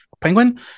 penguin